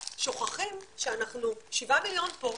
שוכחים שאנחנו שבעה מיליון פה,